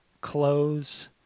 clothes